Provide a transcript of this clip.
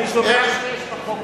אני שומע,